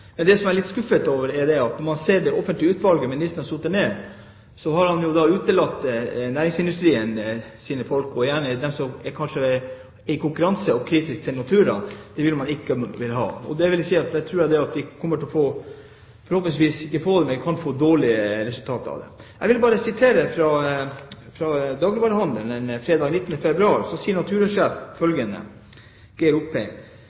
Men det jeg er litt skuffet over, er at man, når man ser på det offentlige utvalget ministeren har satt ned, har utelatt næringsmiddelindustriens folk og gjerne dem som kanskje konkurrerer med og er kritiske til Nortura. Disse vil man ikke ha. Vi kommer forhåpentligvis ikke til å få dårlige resultater av det, men vi